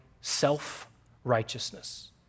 self-righteousness